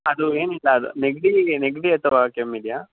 ಅದು ಏನಿಲ್ಲ ಅದು ನೆಗಡಿ ನೆಗಡಿ ಅಥವಾ ಕೆಮ್ಮು ಇದೆಯೇ